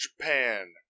Japan